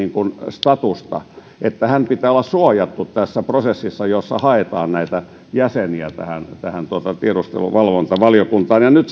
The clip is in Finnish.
statusta että hänen pitää olla suojattu tässä prosessissa jossa haetaan näitä jäseniä tähän tähän tiedusteluvalvontavaliokuntaan ja nyt